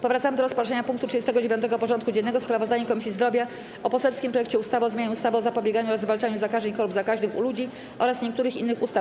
Powracamy do rozpatrzenia punktu 39. porządku dziennego: Sprawozdanie Komisji Zdrowia o poselskim projekcie ustawy o zmianie ustawy o zapobieganiu oraz zwalczaniu zakażeń i chorób zakaźnych u ludzi oraz niektórych innych ustaw.